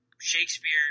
Shakespeare